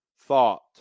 thought